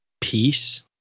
peace